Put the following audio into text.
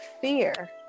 fear